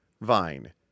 vine